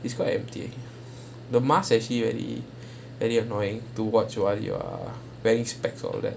it's quite empty the mask actually really really annoying to watch while you are wearing spectacles all that